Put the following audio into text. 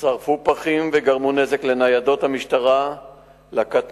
שרפו פחים וגרמו נזק לניידות משטרה ולקטנועים,